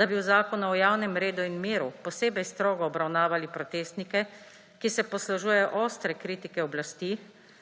da bi v Zakonu o javnem redu in miru posebej strogo obravnavali protestnike, ki se poslužujejo ostre kritike oblasti,